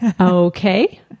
Okay